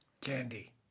Candy